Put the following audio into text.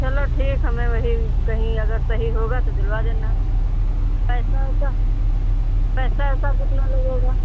चलो ठीक हमें वही कहीं अगर सही होगा तो दिलवा देना पैसा वैसा पैसा ऊसा कितना लगेगा